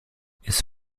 his